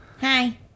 Hi